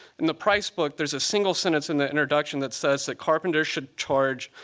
in the prize book there's a single sentence in the introduction that says that carpenters should charge